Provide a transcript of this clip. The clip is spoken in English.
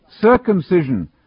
circumcision